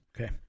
Okay